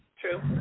True